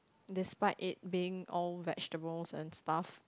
despite it being all vegetables and stuff